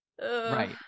Right